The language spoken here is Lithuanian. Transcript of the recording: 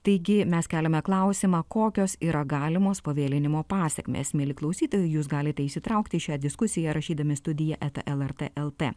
taigi mes keliame klausimą kokios yra galimos pavėlinimo pasekmės mieli klausytojai jūs galite įsitraukti į šią diskusiją rašydami studija eta el er t el t